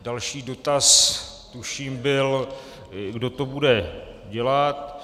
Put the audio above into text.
Další dotaz, tuším, byl, kdo to bude dělat.